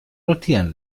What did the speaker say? rotieren